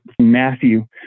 Matthew